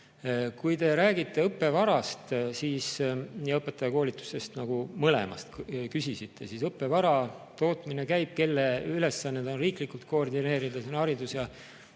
Kui te räägite õppevarast ja õpetajakoolitusest, nagu mõlema kohta küsisite, siis õppevara tootmine käib. Kelle ülesanne on riiklikult koordineerida? See on Haridus- ja